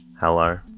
Hello